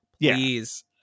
please